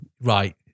right